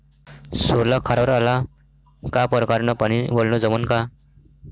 सोला खारावर आला का परकारं न पानी वलनं जमन का?